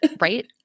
Right